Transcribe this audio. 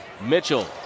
Mitchell